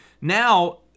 now